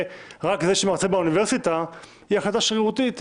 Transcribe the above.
רק זה שמרצה באוניברסיטה היא החלטה שרירותית.